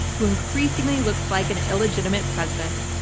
who increasingly looks like an illegitimate president,